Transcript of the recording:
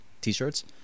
t-shirts